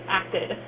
acted